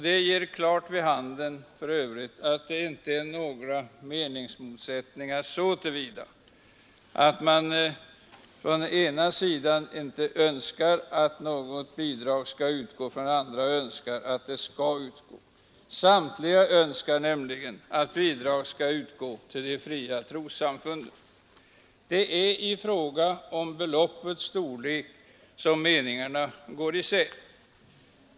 Det ger klart vid handen att det inte är några meningsmotsättningar så till vida att man har olika uppfattningar om huruvida bidrag skall utgå eller inte. Samtliga önskar att bidrag skall utgå till de fria trossamfunden. Det är i fråga om beloppets storlek som meningarna går isär.